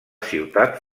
ciutat